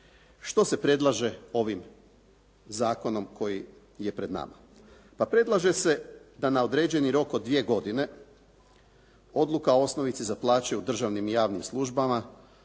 Što se predlaže ovim zakonom koji je pred nama? Pa predlaže se da na određeni rok od 2 godine odluka o osnovici za plaće u državnim i javnim službama,